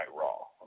raw